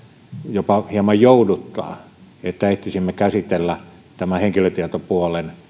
jopa hieman jouduttaa että ehtisimme käsitellä tämän henkilötietopuolen